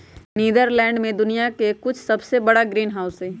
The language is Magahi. नीदरलैंड में दुनिया के कुछ सबसे बड़ा ग्रीनहाउस हई